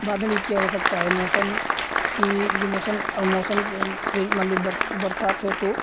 बाद में भी किया जा सकता है मौसम की जो मौसम अगर मौसम के रेन मान लो बर्स बरसात है तो